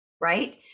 right